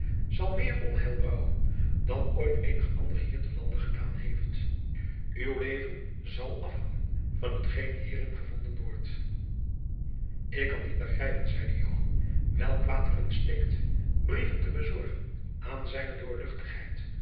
zal meer onheil brouwen dan ooit eenig ander hier te lande gedaan heeft uw leven zal af hangen van hetgeen hierin gevonden wordt jacob van lennep de pleegzoon ik kan niet begrijpen zeide joan welk kwaad er in steekt brieven te bezorgen aan